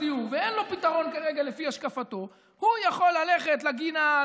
דיור ואין לו פתרון כרגע לפי השקפתו יכול ללכת לגינה,